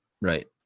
Right